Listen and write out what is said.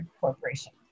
corporation